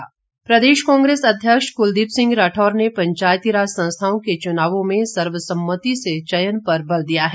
राठौर प्रदेश कांग्रेस अध्यक्ष क्लदीप सिंह राठौर ने पंचायती राज संस्थाओं के चुनावों में सर्वसम्मति से चयन पर बल दिया है